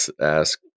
ask